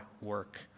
work